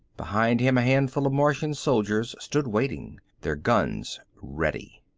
behind him a handful of martian soldiers stood waiting, their guns ready.